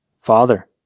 Father